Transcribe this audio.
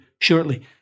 shortly